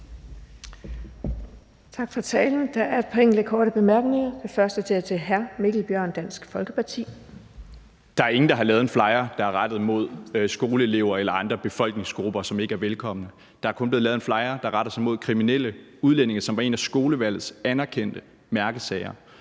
Der er ingen, der har lavet en flyer, der er rettet mod skoleelever eller andre befolkningsgrupper, som ikke er velkomne. Der er kun blevet lavet en flyer, der retter sig mod kriminelle udlændinge, som var en af skolevalgets anerkendte mærkesager.